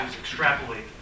extrapolate